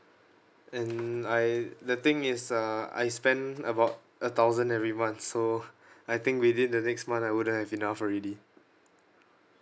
and I the thing is uh I spent about a thousand every month so I think within the next month I wouldn't have enough already